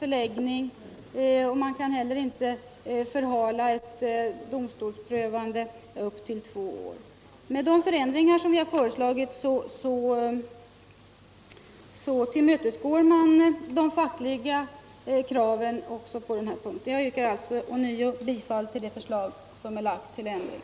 förläggning och han kan inte heller förhala ett domstolsprövande upp till två år. Genomför man de förändringar vi har föreslagit tillmötesgår man de fackliga kraven på den här punkten. Jag yrkar alltså bifall till det framlagda förslaget till ändring.